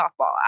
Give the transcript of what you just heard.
softball